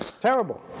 Terrible